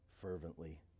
fervently